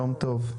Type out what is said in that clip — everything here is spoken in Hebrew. יום טוב.